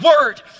word